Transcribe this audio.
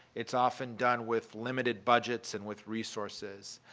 it's often done with limited budgets and with resources.